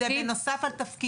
זה בנוסף על תפקיד.